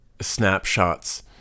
snapshots